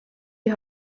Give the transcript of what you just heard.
die